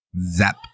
Zap